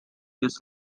his